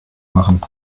machen